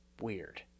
weird